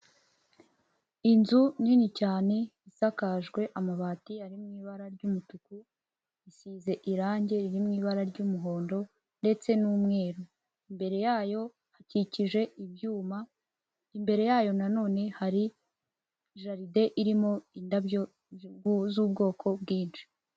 Inzu nini cyane, isakajwe amabati ari mu ibara ry'umutuku, isize irangi riri mu ibara ry'umuhondo ndetse n'umweru, imbere yayo hakikije ibyuma, imbere yayo nanone hari jaride irimo indabyo z'ubwoko bwinshi.